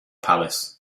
palace